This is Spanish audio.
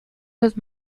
los